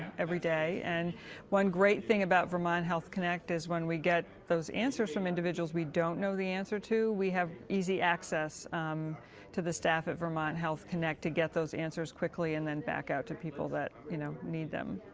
every day, and one great thing about vermont health connect is when we get those answers from individuals we don't know the answer to, we have easy access to the staff at vermont health connect to get those answers quickly and then back out to people that, you know, need them.